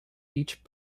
each